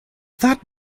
that